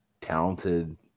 talented